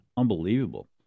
unbelievable